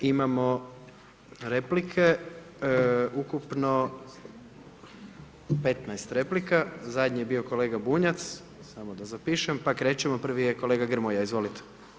Imamo replike, ukupno 15 replika, zadnji je bio kolega Bunjac, samo da zapišem, pa krećemo, prvi je kolega Grmoja, izvolite.